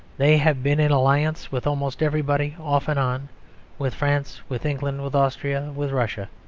they have been in alliance with almost everybody off and on with france, with england, with austria, with russia.